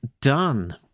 done